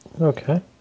Okay